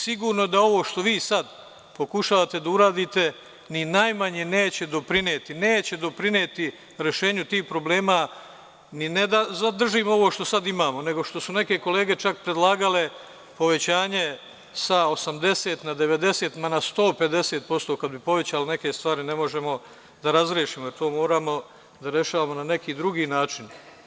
Sigurno da ovo što vi sad pokušavate da uradite ni najmanje neće doprinetirešenju tih problema, ne da zadržimo ovo što sad imamo, nego što su neke kolege čak predlagale povećanje sa 80% na 90%, ma na 150% kad bi povećali neke stvari ne možemo da razrešimo, jer to moramo da rešavamo na neki drugi način.